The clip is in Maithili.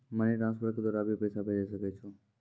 मनी ट्रांसफर के द्वारा भी पैसा भेजै सकै छौ?